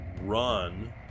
run